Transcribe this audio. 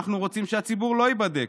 אנחנו רוצים שהציבור לא ייבדק,